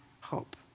hope